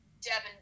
Devin